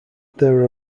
there